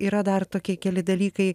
yra dar tokie keli dalykai